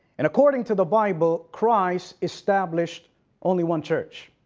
and according to the bible, christ established only one church.